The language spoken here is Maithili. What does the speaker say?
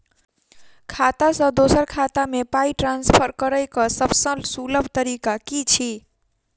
खाता सँ दोसर खाता मे पाई ट्रान्सफर करैक सभसँ सुलभ तरीका की छी?